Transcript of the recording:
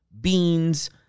beans